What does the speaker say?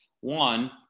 One